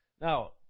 now